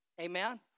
Amen